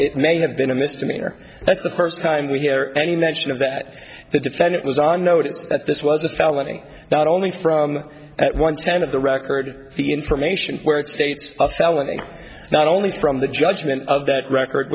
it may have been a misdemeanor that's the first time we hear any mention of that the defendant was on notice that this was a felony not only from at one time of the record the information where it states a felony not only from the judgment of that record